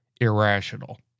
irrational